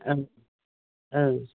ओं ओं